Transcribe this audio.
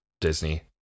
Disney